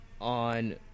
on